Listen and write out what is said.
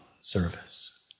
service